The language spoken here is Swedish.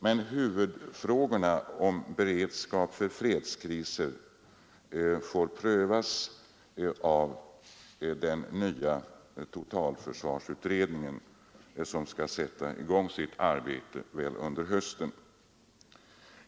Men huvudfrågorna om beredskap för fredskriser får prövas av den nya totalförsvarsutredningen, som antagligen skall sätta i gång sitt arbete under hösten.